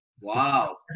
Wow